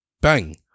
Bang